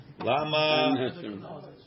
lama